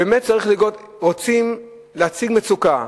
רוצים להציג מצוקה.